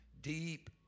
deep